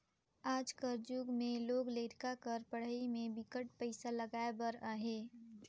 आज कर जुग में लोग लरिका कर पढ़ई में बिकट पइसा लगाए बर अहे